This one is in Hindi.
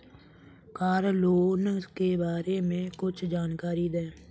कार लोन के बारे में कुछ जानकारी दें?